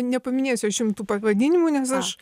nepaminėsiu aš jum tų pavadinimų nes aš